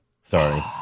Sorry